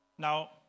Now